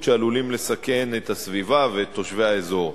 שעלולים לסכן את הסביבה ואת תושבי האזור.